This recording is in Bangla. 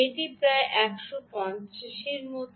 এটি প্রায় 185 এর মতো